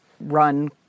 run